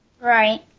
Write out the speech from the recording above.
Right